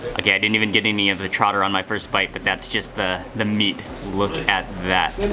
okay, i didn't even get any of the trotter on my first bite, but that's just the the meat. look at that.